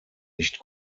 nicht